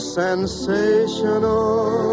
sensational